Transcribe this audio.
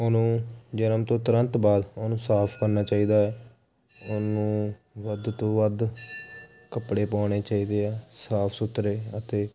ਉਹਨੂੰ ਜਨਮ ਤੋਂ ਤੁੰਰਤ ਬਾਅਦ ਉਹਨੂੰ ਸਾਫ ਕਰਨਾ ਚਾਹੀਦਾ ਹੈ ਉਹਨੂੰ ਵੱਧ ਤੋਂ ਵੱਧ ਕੱਪੜੇ ਪਾਉਣੇ ਚਾਹੀਦੇ ਆ ਸਾਫ ਸੁਥਰੇ ਅਤੇ